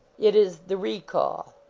it is the recall.